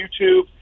YouTube